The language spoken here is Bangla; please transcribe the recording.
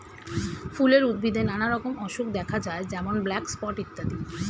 ফুলের উদ্ভিদে নানা রকম অসুখ দেখা যায় যেমন ব্ল্যাক স্পট ইত্যাদি